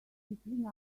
between